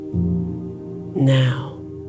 Now